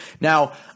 Now